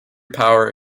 power